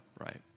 right